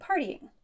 partying